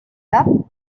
cap